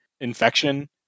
infection